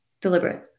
deliberate